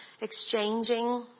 exchanging